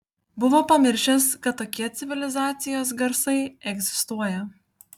buvo pamiršęs kad tokie civilizacijos garsai egzistuoja